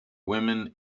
women